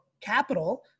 capital